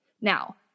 Now